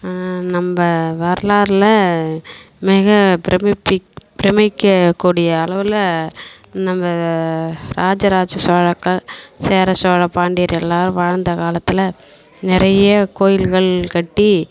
நம் வரலாற்றுல மிக பிரம்மிப்பி பிரம்மிக்கக்கூடிய அளவில் நம் ராஜராஜ சோழர்கள் சேர சோழ பாண்டியர் எல்லோரும் வாழ்ந்த காலத்தில் நிறைய கோவில்கள் கட்டி